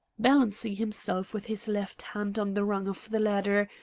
balancing himself with his left hand on the rung of the ladder,